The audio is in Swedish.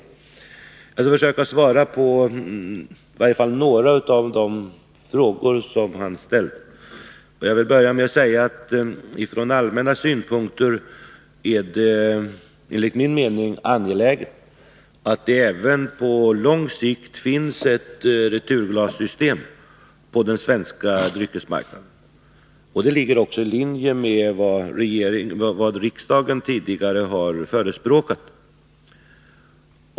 Jag skall försöka svara på i varje fall några av de frågor som Hans Alsén ställt. Jag vill börja med att säga att från allmänna synpunkter är det enligt min mening angeläget att det även på lång sikt finns ett returglassystem på den svenska dryckesmarknaden. Det ligger också i linje med vad riksdagen tidigare har förespråkat.